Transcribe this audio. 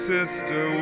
Sister